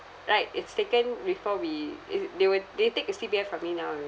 like it's taken before we is they would they take uh C_P_F from me now already